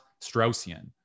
Straussian